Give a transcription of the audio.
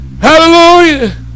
Hallelujah